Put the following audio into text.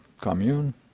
commune